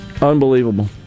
Unbelievable